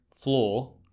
floor